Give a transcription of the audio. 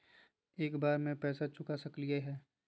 एक बार में पैसा चुका सकालिए है?